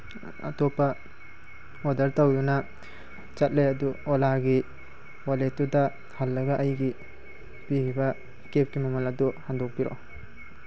ꯑꯇꯣꯞꯄ ꯑꯣꯗꯔ ꯇꯧꯗꯨꯅ ꯆꯠꯂꯦ ꯑꯗꯨ ꯑꯣꯂꯥꯒꯤ ꯋꯥꯂꯦꯠꯇꯨꯗ ꯍꯜꯂꯒ ꯑꯩꯒꯤ ꯄꯤꯔꯤꯕ ꯀꯦꯐꯀꯤ ꯃꯃꯜ ꯑꯗꯨ ꯍꯟꯗꯣꯛꯄꯤꯔꯛꯑꯣ